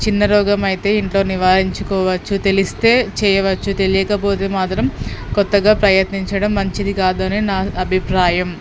చిన్న రోగం అయితే ఇంట్లో నివారించుకోవచ్చు తెలిస్తే చెయ్యవచ్చు తెలియకపోతే మాత్రం కొత్తగా ప్రయత్నించడం మంచిది కాదని నా అభిప్రాయం